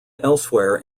elsewhere